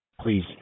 Please